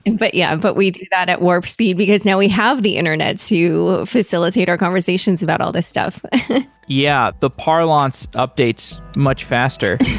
and but yeah but we do that at warp speed, because now we have the internet to facilitate our conversations about all this stuff yeah, the parlance updates much faster